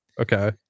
okay